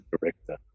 director